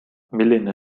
milline